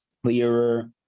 clearer